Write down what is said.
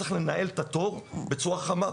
צריך לנהל את התור בצורה חכמה.